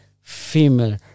female